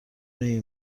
نمی